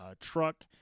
truck